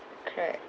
correct